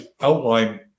outline